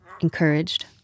encouraged